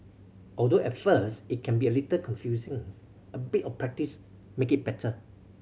although at first it can be a little confusing a bit of practice make it better